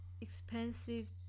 expensive